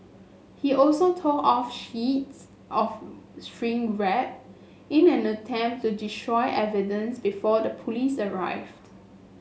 he also tore off sheets of shrink wrap in an attempt to destroy evidence before the police arrived